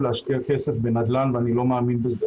להשקיע כסף בנדל"ן ואני לא מאמין בזה,